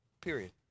Period